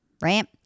right